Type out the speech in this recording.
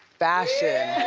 fashion.